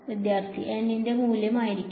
വിദ്യാർത്ഥി N ന്റെ മൂല്യം ആയിരിക്കും